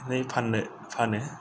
फाननो फानो